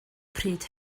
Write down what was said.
pryd